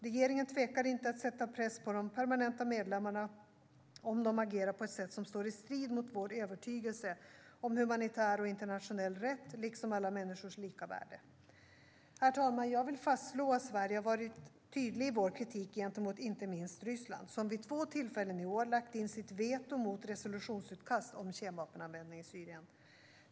Regeringen tvekar inte att sätta press på de permanenta medlemmarna om de agerar på ett sätt som står i strid med vår övertygelse om humanitär och internationell rätt liksom alla människors lika värde. Herr talman! Jag vill fastslå att Sverige har varit tydligt i kritiken gentemot inte minst Ryssland, som vid två tillfällen i år lagt in sitt veto mot resolutionsutkast om kemvapenanvändning i Syrien.